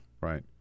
Right